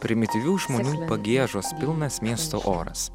primityvių žmonių pagiežos pilnas miesto oras